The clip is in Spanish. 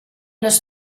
los